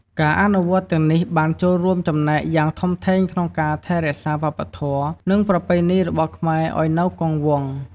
ការអនុវត្តទាំងនេះបានចូលរួមចំណែកយ៉ាងធំធេងក្នុងការ ថែរក្សាវប្បធម៌ និងប្រពៃណីរបស់ខ្មែរឱ្យនៅគង់វង្ស។